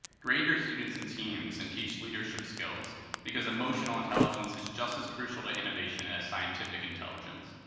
grade your students in teams and teach leadership skills because emotional intelligence is just as crucial to innovation as scientific intelligence.